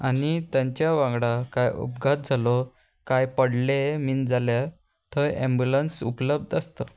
आनी तांच्या वांगडा कांय उपघात जालो कांय पडले मिन जाल्यार थंय एम्बुलंस उपलब्ध आसता